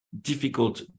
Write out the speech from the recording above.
difficult